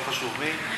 לא חשוב מי,